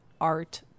art